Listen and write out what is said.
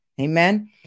Amen